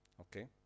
Okay